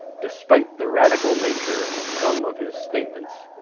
despite the radical nature of some of his statements,